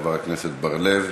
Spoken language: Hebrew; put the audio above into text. חבר הכנסת בר-לב,